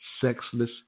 sexless